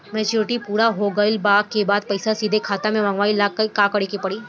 Maturity पूरा हो गइला के बाद पईसा सीधे खाता में मँगवाए ला का करे के पड़ी?